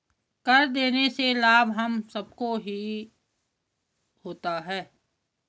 कर देने से लाभ हम सबको ही होता है